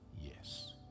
Yes